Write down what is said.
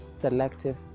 selective